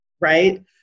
right